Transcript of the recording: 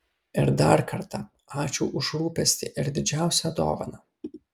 ir dar kartą ačiū už rūpestį ir didžiausią dovaną